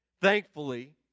thankfully